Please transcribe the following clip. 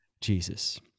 Jesus